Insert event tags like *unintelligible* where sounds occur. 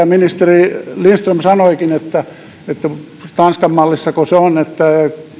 *unintelligible* ministeri lindström sanoikin tanskan mallissako se on että